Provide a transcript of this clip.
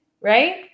right